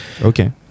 Okay